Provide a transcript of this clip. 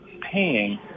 paying